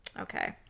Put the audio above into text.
Okay